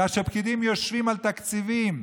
כאשר פקידים יושבים על תקציבים,